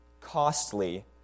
costly